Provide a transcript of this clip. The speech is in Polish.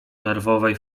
nerwowej